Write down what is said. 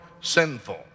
sinful